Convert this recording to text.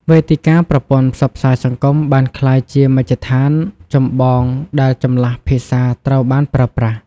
វេទិកាប្រព័ន្ធផ្សព្វផ្សាយសង្គមបានក្លាយជាមជ្ឈដ្ឋានចម្បងដែលចម្លាស់ភាសាត្រូវបានប្រើបាស់។